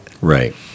Right